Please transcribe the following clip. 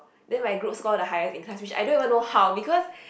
then my group score the highest in class which I don't even know how because